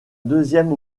deuxième